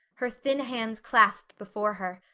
her thin hands clasped before her,